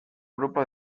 grupo